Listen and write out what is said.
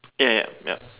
ya ya yup